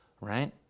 right